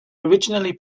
originally